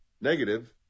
negative